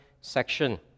section